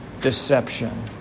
deception